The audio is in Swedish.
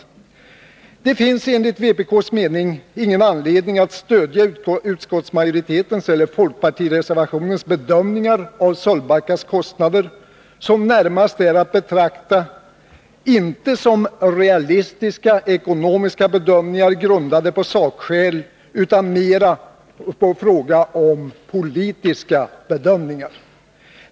Det finns enligt vpk:s mening ingen anledning att stödja utskottsmajoritetens eller folkpartireservationens bedömningar av Sölvbackas kostnader, som närmast är att betrakta inte som realistiska ekonomiska bedömningar, grundade på sakskäl, utan mera som politiska bedömningar.